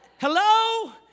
hello